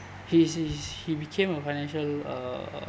he is he's he became a financial uh